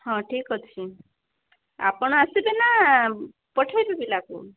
ହଁ ଠିକ ଅଛି ଆପଣ ଆସିବେ ନା ପଠେଇବି ପିଲାକୁ